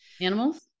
Animals